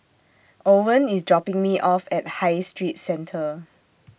Owen IS dropping Me off At High Street Centre